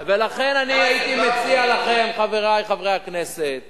לכן אני הייתי מציע לכם, חברי חברי הכנסת